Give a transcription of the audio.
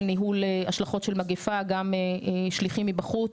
ניהול השלכות של מגפה גם שליחים מבחוץ,